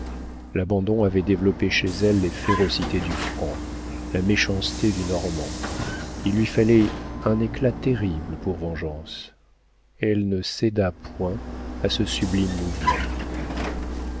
l'abandon avait développé chez elle les férocités du franc la méchanceté du normand il lui fallait un éclat terrible pour vengeance elle ne céda point à ce sublime mouvement